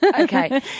okay